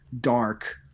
dark